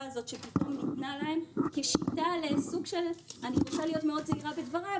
הזאת שפתאום ניתנה להם כשיטה אני רוצה להיות מאוד זהירה בדבריי,